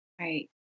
Right